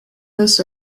this